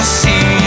see